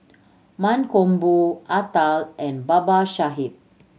Mankombu Atal and Babasaheb